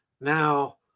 now